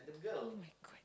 [oh]-my-god